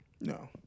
No